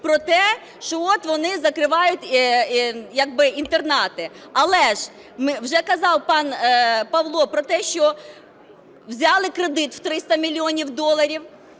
про те, що от вони закривають інтернати. Але ж, вже казав пан Павло про те, що взяли кредит в 300 мільйонів доларів,